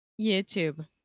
YouTube